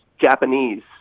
Japanese